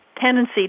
tendency